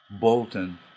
Bolton